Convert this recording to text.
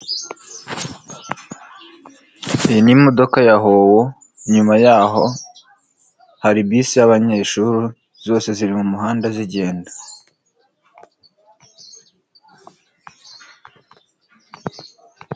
Iyi ni imodoka ya hoho, inyuma yaho hari bisi y'abanyeshuri, zose ziri mu muhanda zigenda.